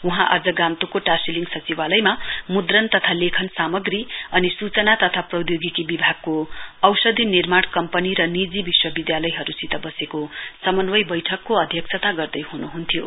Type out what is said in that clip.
वहाँ आज गान्तोकको टाशीलिङ सचिवालयमा मुद्रण तथा लेखान सामग्री अनि सुचना तथा प्रौधोगिकी विभागको औषधी निर्माण कम्पनी र निजी विश्वविधालयहरुसित वसेको समन्वय बैठकको अध्यक्षता गर्दै हुनुहुन्थ्यो